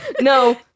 No